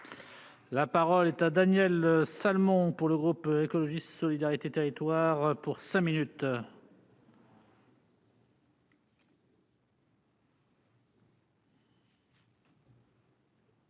La parole est à Daniel Salmon pour le groupe écologiste solidarité territoire pour 5 minutes.